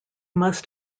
must